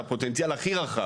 הפוטנציאל הכי רחב.